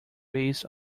based